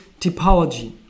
typology